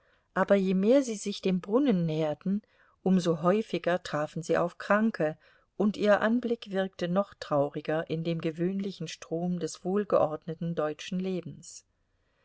aber je mehr sie sich dem brunnen näherten um so häufiger trafen sie auf kranke und ihr anblick wirkte noch trauriger in dem gewöhnlichen strom des wohlgeordneten deutschen lebens